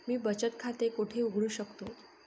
मी बचत खाते कोठे उघडू शकतो?